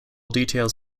details